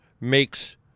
makes